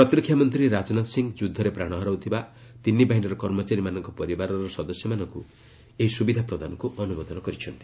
ପ୍ରତିରକ୍ଷା ମନ୍ତ୍ରୀ ରାଜନାଥ ସିଂହ ଯୁଦ୍ଧରେ ପ୍ରାଣ ହରାଉଥିବା ତିନି ବାହିନୀର କର୍ମଚାରୀମାନଙ୍କ ପରିବାରର ସଦସ୍ୟମାନଙ୍କୁ ଏହି ସୁବିଧା ପ୍ରଦାନକୁ ଅନୁମୋଦନ କରିଛନ୍ତି